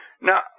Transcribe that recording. now